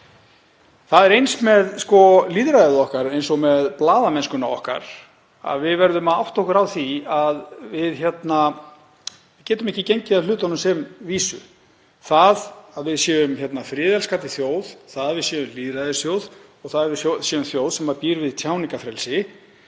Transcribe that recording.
Það er eins með lýðræðið okkar eins og með blaðamennskuna, við verðum að átta okkur á því að við getum ekki gengið að hlutunum sem vísum. Það að við séum friðelskandi þjóð, að við séum lýðræðisþjóð og þjóð sem býr við tjáningarfrelsi